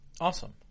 Awesome